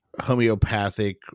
homeopathic